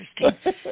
interesting